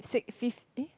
six fifth eh